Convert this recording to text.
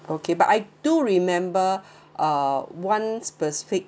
okay but I do remember uh one specific